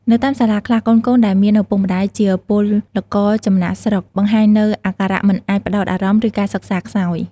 នៅតាមសាលាខ្លះ កូនៗដែលមានឪពុកម្ដាយជាពលករចំណាកស្រុកបង្ហាញនូវអាការៈមិនអាចផ្តោតអារម្មណ៍ ឬការសិក្សាខ្សោយ។